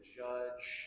judge